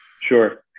Sure